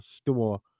store